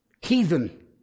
Heathen